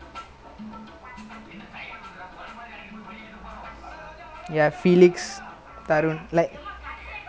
wait so saba nina sanjeev sanjay five already felix six tarum did I say tarum